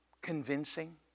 convincing